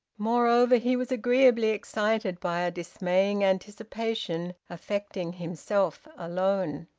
moreover, he was agreeably excited by a dismaying anticipation affecting himself alone.